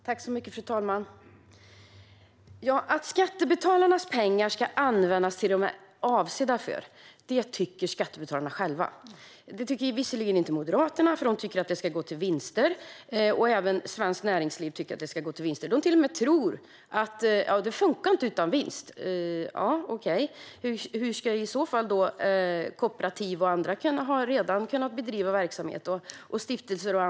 Fru talman! Att skattebetalarnas pengar ska användas till det som de är avsedda för tycker skattebetalarna själva. Det tycker visserligen inte Moderaterna, eftersom de tycker att de ska gå till vinster. Även Svenskt Näringsliv tycker att de ska gå till vinster. De tror till och med att det inte funkar utan vinst. Men hur har i så fall kooperativ, stiftelser och andra kunnat bedriva verksamhet?